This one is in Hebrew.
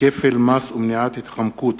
כפל מס ומניעת התחמקות